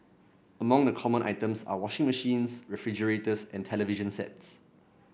among the common items are washing machines refrigerators and television sets